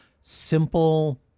simple